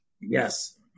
yes